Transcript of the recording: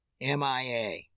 MIA